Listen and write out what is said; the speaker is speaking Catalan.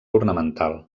ornamental